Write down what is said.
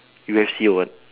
U_F_C or what